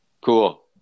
Cool